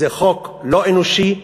זה חוק לא אנושי.